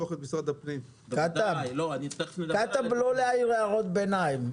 כתב, לא להעיר הערות ביניים.